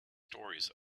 stories